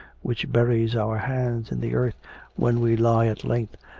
which buries our hands in the earth when we lie at length,